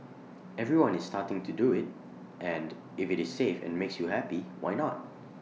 everyone is starting to do IT and if IT is safe and makes you happy why not